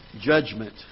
judgment